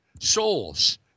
souls